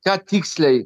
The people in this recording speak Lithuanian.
ką tiksliai